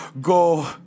Go